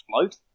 float